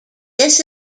this